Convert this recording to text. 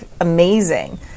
amazing